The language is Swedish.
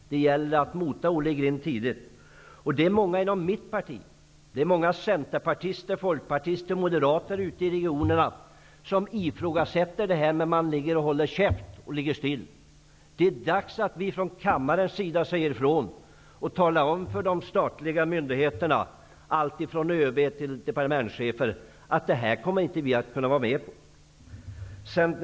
Det gäller att tidigt mota Det är många inom mitt parti och även många centerpartister, folkpartister och moderater ute i regionerna som ifrågasätter detta men som håller tyst. Det är dags att vi från kammarens sida säger ifrån och talar om för de statliga myndigheterna, alltifrån ÖB till departementschefer, att vi inte kommer att kunna vara med om detta.